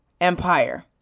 empire